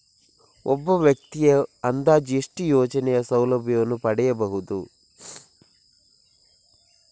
ಒಬ್ಬ ವ್ಯಕ್ತಿಯು ಅಂದಾಜು ಎಷ್ಟು ಯೋಜನೆಯ ಸೌಲಭ್ಯವನ್ನು ಪಡೆಯಬಹುದು?